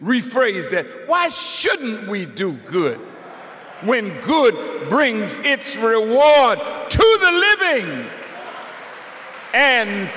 rephrase that why shouldn't we do good when good brings its reward